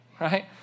right